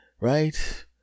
Right